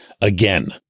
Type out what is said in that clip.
again